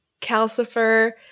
Calcifer